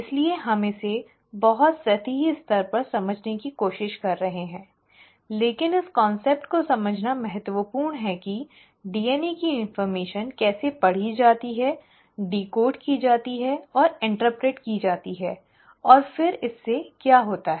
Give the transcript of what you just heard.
इसलिए हम इसे बहुत सतही स्तर पर समझने की कोशिश कर रहे हैं लेकिन इस अवधारणा को समझना महत्वपूर्ण है कि DNA की जानकारी कैसे पढ़ी जाती है डिकोड की जाती है और व्याख्या की जाती है और फिर इससे क्या होता है